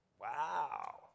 wow